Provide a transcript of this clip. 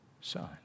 son